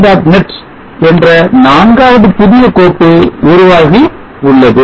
net என்ற நான்காவது புதிய கோப்பு உருவாகி உள்ளது